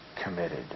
committed